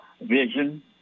vision